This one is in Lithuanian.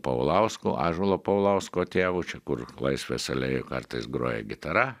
paulausku ąžuolo paulausko tėvu čia kur laisvės alėjoj kartais groja gitara